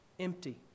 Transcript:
Empty